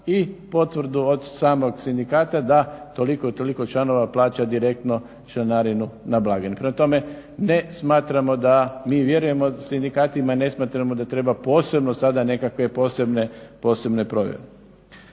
i potvrdu od samog sindikata da toliko i toliko članova plaća direktno članarinu na blagajni. Prema tome, mi vjerujemo sindikatima i ne smatramo da treba posebno sada nekakve posebne provjere.